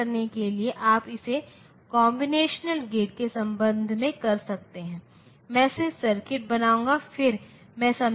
तो वहाँ हो सकता है तो यह डिजिटल लॉजिक सर्किट इसके लिए अलग अलग पाठ्यक्रम हैं